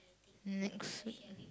next week